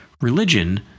Religion